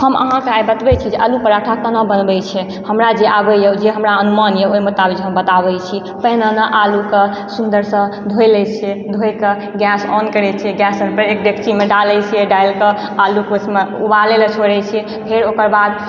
हम अहाँकेँ आइ बतबय छी जे आलू पराँठा केना बनबय छै हमरा जे आबयए जे हमरा अनुमानए ओहि मुताबिक हम बताबय छी पहिने न आलूकऽ सुन्दरसँ धोइ लैत छियै धोइकऽ गैस ऑन करैत छै गैस पर एक डेगचीमे डालैत छियै डालिके आलूकऽ उसमे उबालयलऽ छोड़ैत छियै फेर ओकर बाद